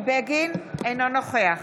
אינו נוכח